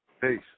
Peace